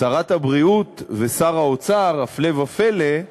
שרת הבריאות ושר האוצר, הפלא ופלא,